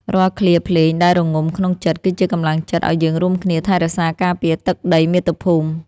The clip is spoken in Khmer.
រាល់ឃ្លាភ្លេងដែលរងំក្នុងចិត្ត គឺជាកម្លាំងចិត្តឱ្យយើងរួមគ្នាថែរក្សាការពារទឹកដីមាតុភូមិ។